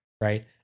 right